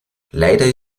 leider